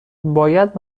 باید